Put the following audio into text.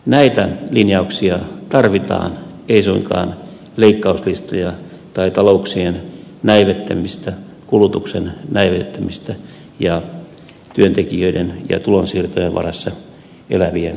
näitä linjauksia tarvitaan ei suinkaan leikkauslistoja tai talouksien näivettämistä kulutuksen näivettämistä ja työntekijöiden ja tulonsiirtojen varassa elävien kurjistamista